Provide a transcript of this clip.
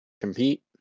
compete